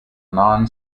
non